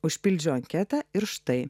užpildžiau anketą ir štai